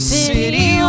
city